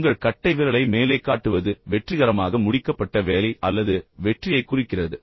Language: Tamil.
உங்கள் கட்டைவிரலை மேலே காட்டுவது வெற்றிகரமாக முடிக்கப்பட்ட வேலை அல்லது வெற்றியைக் குறிக்கிறது